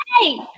Hey